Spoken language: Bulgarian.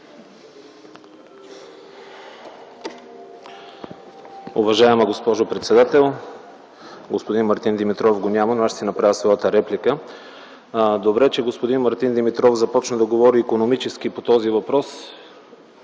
Уважаема госпожо председател, господин Мартин Димитров го няма, но аз ще си направя своята реплика. Добре, че господин Мартин Димитров започва да говори икономически по този въпрос,